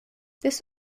this